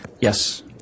Yes